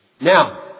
Now